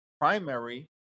primary